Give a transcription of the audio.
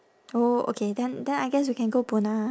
oh okay then then I guess we can go buona